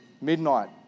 midnight